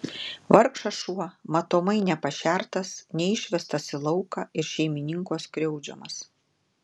vargšas šuo matomai nepašertas neišvestas į lauką ir šeimininko skriaudžiamas